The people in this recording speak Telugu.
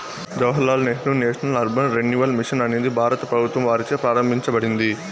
Jawahar Lal Nehru national urban renewal mission అనేది భారత ప్రభుత్వం వారిచే ప్రారంభించబడింది